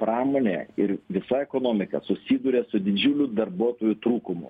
pramonė ir visa ekonomika susiduria su didžiuliu darbuotojų trūkumu